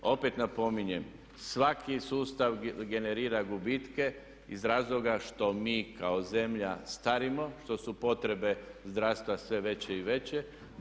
Opet napominjem, svaki sustav generira gubitke iz razloga što mi kao zemlja starimo, što su potrebe zdravstva sve veće i veće.